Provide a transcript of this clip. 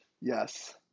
Yes